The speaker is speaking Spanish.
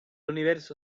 universo